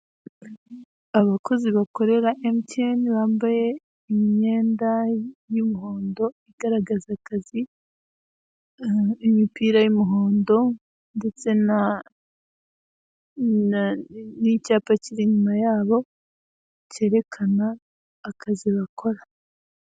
Abakozi bakorera emutiyeni bambaye imyenda y'umuhondo igaragaza akazi, imipira y'umuhondo ndetse n'icyapa kiri inyuma yabo cyerekana akazi bakora.